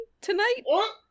tonight